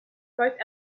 both